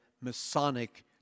Masonic